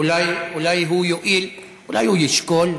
אולי הוא יואיל, אולי הוא ישקול,